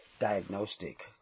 diagnostic